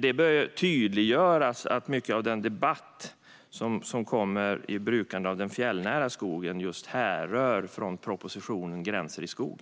Det bör tydliggöras att mycket av den debatt som gäller brukande av den fjällnära skogen härrör just från propositionen Gränser i skog .